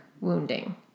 wounding